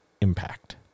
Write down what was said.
impact